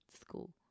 school